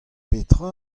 petra